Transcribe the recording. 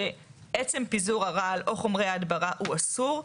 שעצם פיזור הרעל או חומרי ההדברה הוא אסור,